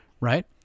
right